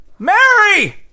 Mary